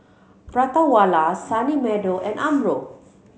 Prata Wala Sunny Meadow and Umbro